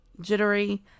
jittery